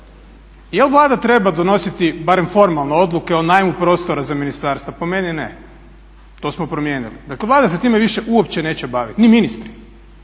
Je li Vlada treba donositi, barem formalno, odluke o najmu prostora za ministarstva? Po meni ne. To smo promijenili. Dakle Vlada se time više uopće neće baviti, ni ministri.